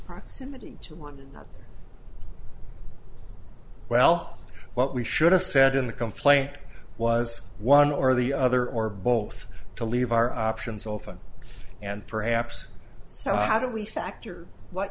proximity to one well what we should have said in the complaint was one or the other or both to leave our options open and perhaps so how do we factor what